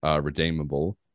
redeemable